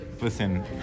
Listen